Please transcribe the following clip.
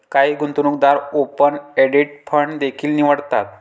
काही गुंतवणूकदार open ended fund देखील निवडतात